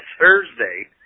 Thursday